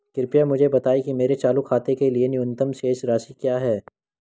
कृपया मुझे बताएं कि मेरे चालू खाते के लिए न्यूनतम शेष राशि क्या है